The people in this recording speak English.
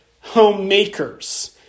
Homemakers